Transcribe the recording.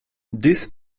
this